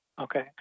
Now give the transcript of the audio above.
Okay